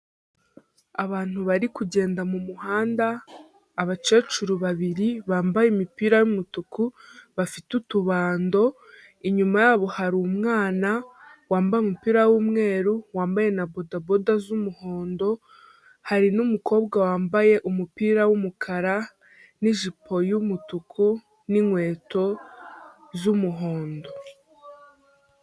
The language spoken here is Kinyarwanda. Abantu bari kugenda mu muhanda, abakecuru babiri bambaye imipira y'umutuku, bafite utubando, inyuma yabo hari umwana wambaye umupira w'umweru, wambaye na bodaboda z'umuhondo, hari n'umukobwa wambaye umupira w'umukara n'ijipo y'umutuku n'inkweto z'umuhondo.